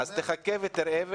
תחכה ותראה.